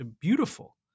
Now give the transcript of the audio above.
beautiful